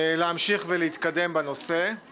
החלטת ועדת הכספים לאשר צו תעריף